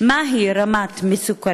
2. מה היא רמת מסוכנותם?